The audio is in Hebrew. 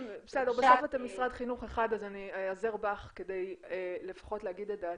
בסדר בסוף אתם משרד חינוך אחד אז איעזר בך כדי לפחות להגיד את דעתי.